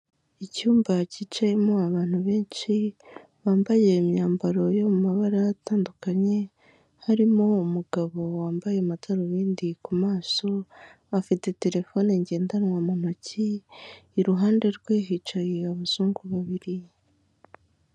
Icyumba cyicayemo abantu benshi bambaye imyambaro yo mu mabara atandukanye harimo umugabo wambaye amadarubindi ku maso, afite terefone ngendanwa mu ntoki, iruhande rwe hicaye abazungu babiri.